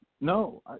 No